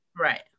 Right